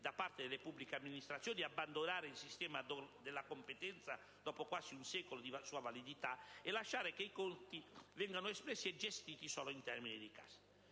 da parte delle pubbliche amministrazioni abbandonare il sistema della competenza, dopo quasi un secolo di sua validità, e lasciare che i conti venissero espressi e gestiti solo in termini di cassa.